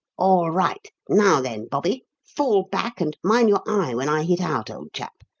all right. now, then, bobby, fall back, and mind your eye when i hit out, old chap.